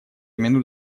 минут